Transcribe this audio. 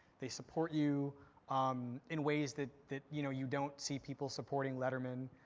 they support you um in ways that that you know you don't see people supporting letterman.